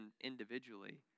individually